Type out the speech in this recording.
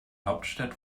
hauptstadt